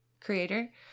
creator